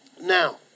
now